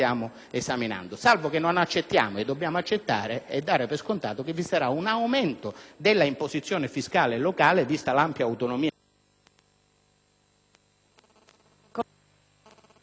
accettiamo e non dobbiamo accettare e dare per scontato che vi sarà un aumento dell'imposizione fiscale locale vista l'ampia autonomia...